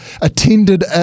attended